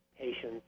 patients